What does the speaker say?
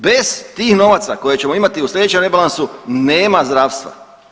Bez tih novaca koje ćemo imati u slijedećem rebalansu nema zdravstva.